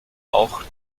auch